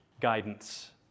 Guidance